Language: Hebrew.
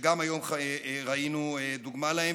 שגם היום ראינו דוגמה להם,